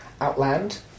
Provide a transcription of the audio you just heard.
Outland